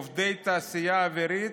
עובדי התעשייה האווירית,